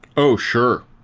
oh sure.